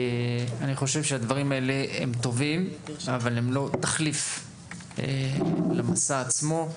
אני חושב שהדברים האלה הם טובים אבל הם לא תחליף למסע עצמו.